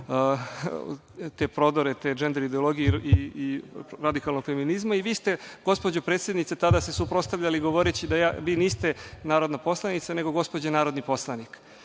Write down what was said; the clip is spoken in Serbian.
prodore, te džender ideologije i radikalnog feminizma, i vi ste, gospođo predsednice, tada se suprotstavljali govoreći da vi niste narodna poslanica, nego gospođa narodni poslanik.